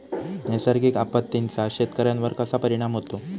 नैसर्गिक आपत्तींचा शेतकऱ्यांवर कसा परिणाम होतो?